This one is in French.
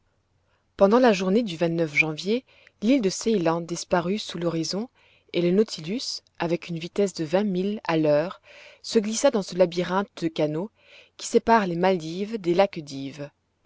pendant la journée du janvier l'île de ceylan disparut sous l'horizon et le nautilus avec une vitesse de vingt milles à l'heure se glissa dans ce labyrinthe de canaux qui séparent les maledives des